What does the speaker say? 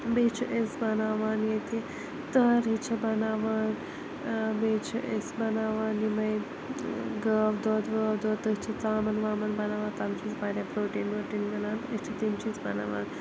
بیٚیہِ چھِ أسۍ بَناوان ییٚتہِ تٔہری چھِ بَناوان بیٚیہِ چھِ أسۍ بناوان یِمَے گٲو دۄد وٲو دۄد تٔتھۍ چھِ ژامَن وامَن بَناوان تَمہِ سۭتۍ چھُ واریاہ پرٛوٹیٖن ووٹیٖن مِلان تہٕ أسۍ چھِ تِم چیٖز بناوان